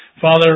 Father